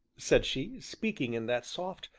said she, speaking in that soft,